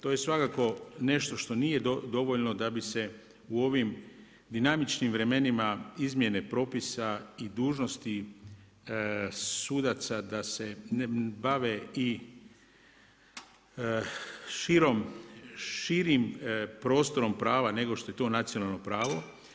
To je svakako nešto što nije dovoljno da bi se u ovim dinamičnim vremenima izmjene propisa i dužnosti sudaca da se bave i širom, širim prostorom prava nego što je to nacionalno pravo.